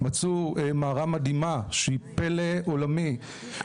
מצאו מערה מדהימה שהיא פלא עולמי,